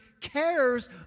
cares